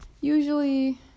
usually